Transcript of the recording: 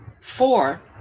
four